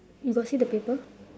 you got see the paper